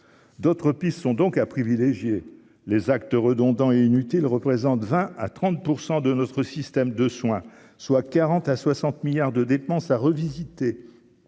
d'autres pistes sont donc à privilégier les actes redondants et inutiles représentent 20 à 30 % de notre système de soins, soit 40 à 60 milliards de dépenses à revisiter